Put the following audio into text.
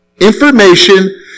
Information